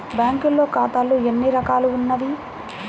బ్యాంక్లో ఖాతాలు ఎన్ని రకాలు ఉన్నావి?